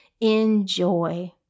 enjoy